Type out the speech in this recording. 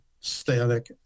static